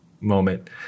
moment